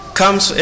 comes